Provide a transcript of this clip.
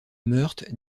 meurthe